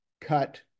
cut